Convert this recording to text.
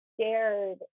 scared